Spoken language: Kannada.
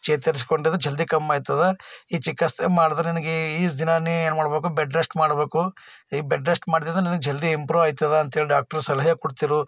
ಚೇತರಿಸ್ಕೊಂಡಿದ್ದು ಜಲ್ದಿ ಕಮ್ಮಿ ಆಗ್ತದೆ ಈ ಚಿಕಿತ್ಸೆ ಮಾಡಿದ್ರೆ ನಿನ್ಗೆ ಇಷ್ಟು ದಿನ ನೀ ಏನ್ಮಾಡಬೇಕು ಬೆಡ್ ರೆಶ್ಟ್ ಮಾಡಬೇಕು ಈ ಬೆಡ್ ರೆಶ್ಟ್ ಮಾಡ್ದಿ ಅಂದ್ರೆ ನಿನಗೆ ಜಲ್ದಿ ಇಂಪ್ರೂವ್ ಆಗ್ತದೆ ಅಂತ್ಹೇಳಿ ಡಾಕ್ಟ್ರು ಸಲಹೆ ಕೊಡ್ತಾರೆ